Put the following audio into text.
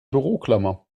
büroklammer